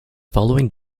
following